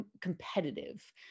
competitive